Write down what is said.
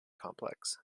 complex